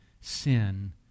sin